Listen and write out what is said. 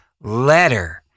letter